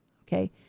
Okay